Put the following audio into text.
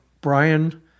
Brian